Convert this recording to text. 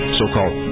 so-called